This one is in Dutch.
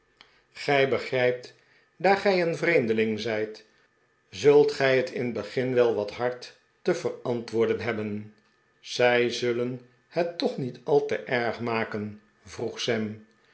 gij begrijpt daar gij een vreemdeling zijt zult gij het in het begin wel wat hard te verantwoorden hebben zij zullen het toch niet al te erg maken vroeg sam